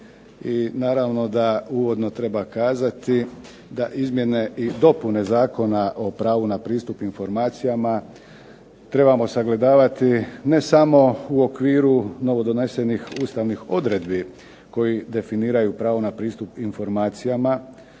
I naravno da uvodno treba kazati da izmjene i dopune Zakona o pravu na pristup informacijama trebamo sagledavati ne samo u okviru novodonesenih ustavnih odredbi koje definiraju pravo na pristup informacijama